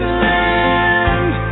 land